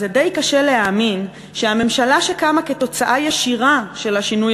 זה די קשה להאמין שהממשלה שקמה כתוצאה ישירה של השינוי